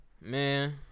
Man